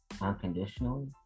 unconditionally